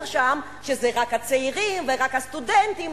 שם שזה רק הצעירים ורק הסטודנטים.